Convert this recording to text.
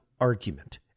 argument